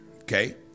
Okay